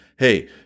hey